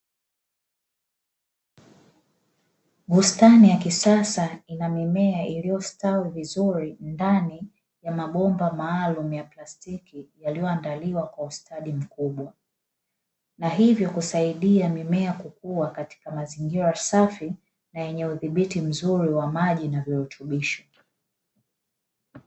Bustani ya kisasa yenye mimea iliyostawi vizuri ndani ya mabomba maalumu ya plastiki, hivyo kusaidia mimea kukua katika mazingira safi na udhibiti mzuri wa maji yenye virutubisho.